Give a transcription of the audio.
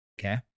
Okay